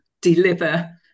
deliver